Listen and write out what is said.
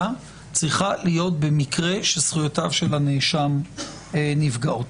צריכה להיות במקרה שזכויותיו של הנאשם נפגעות.